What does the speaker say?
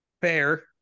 Fair